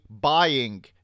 buying